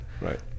Right